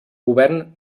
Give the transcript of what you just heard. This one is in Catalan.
govern